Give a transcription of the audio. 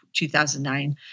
2009